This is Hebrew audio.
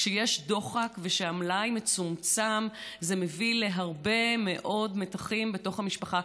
כשיש דוחק וכשהמלאי מצומצם זה מביא להרבה מאוד מתחים בתוך המשפחה,